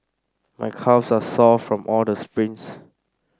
my calves are sore from all the sprints